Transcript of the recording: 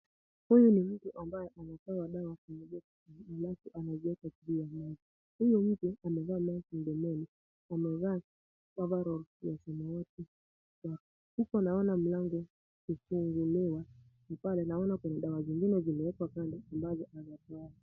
Huyu ni mtu ambaye ametoa dawa kwenye boksi ambazo anaziweka kwenye meza. Huyu mtu amevaa maski mdomoni, amevaa overall . Huku naona mlango ukiegemea pale. Naona kuna dawa zingine zimeekwa kando ambazo hajatoa.